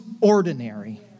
ordinary